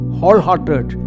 wholehearted